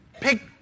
pick